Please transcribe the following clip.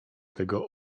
tego